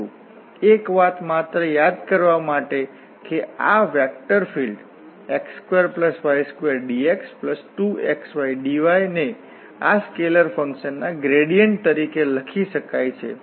પરંતુ એક વાત માત્ર યાદ કરવા માટે કે આ વેક્ટર ફિલ્ડ x2y2dx2xydy ને આ સ્કેલર ફંકશનના ગ્રેડિયન્ટ તરીકે લખી શકાય છે